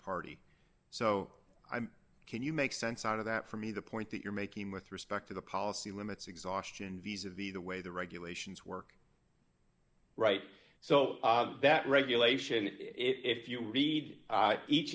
party so i'm can you make sense out of that for me the point that you're making with respect to the policy limits exhaustion ves of the the way the regulations work right so that regulation if you read each